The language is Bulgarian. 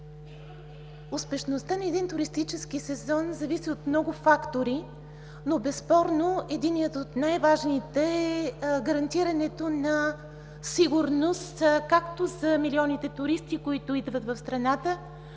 Успешността на един туристически сезон зависи от много фактори, но безспорно един от най-важните е гарантирането на сигурност, както за милионите туристи, които идват в страната,